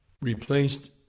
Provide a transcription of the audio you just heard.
replaced